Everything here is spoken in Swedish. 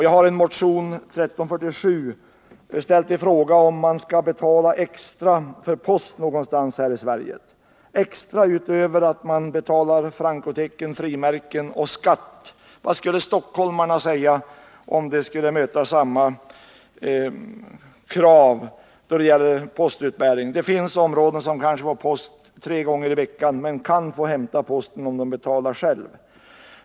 Jag har i motion 1347 ställt frågan om man någonstans i Sverige skall behöva betala extra för posten — utöver att man betalar frimärken och skatt. Vad skulle stockholmarna säga om de skulle möta samma krav när det gäller postutbäringen? Det finns områden som får post tre gånger i veckan men där man kan få hämta posten om man betalar extra.